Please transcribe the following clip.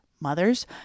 mothers